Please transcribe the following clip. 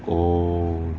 哦